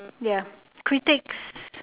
ya critics